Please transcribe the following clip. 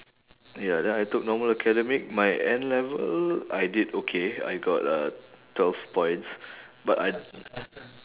ya then I took normal academic my N-level I did okay I got uh twelve points but I